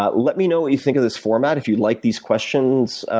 but let me know what you think of this format, if you like these questions,